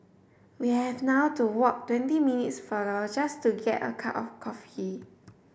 we have now to walk twenty minutes farther just to get a cup of coffee